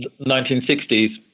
1960s